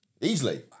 Easily